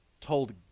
told